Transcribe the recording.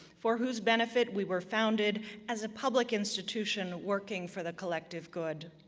for whose benefit we were founded as a public institution working for the collective good.